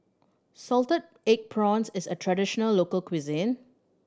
salted egg prawns is a traditional local cuisine